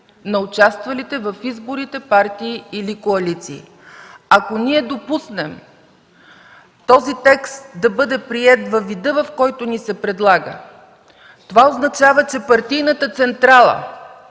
на участвалите в изборите партии или коалиции. Ако ние допуснем текстът да бъде приет във вида, в който ни се предлага, това означава, че партийната централа